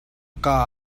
kaa